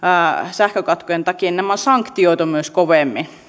sähkökatkojen takia sanktioitu myös kovemmin